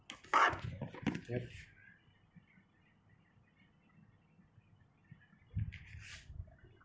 yup